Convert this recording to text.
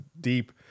deep